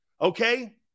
Okay